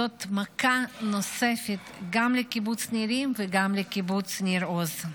זאת מכה נוספת גם לקיבוץ נירים וגם לקיבוץ ניר עוז.